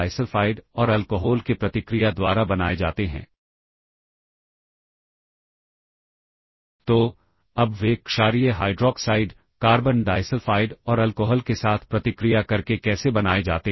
तो calling program में निष्पादन के वापस आने से पहले यह मूल मान बहाल हो जाते हैं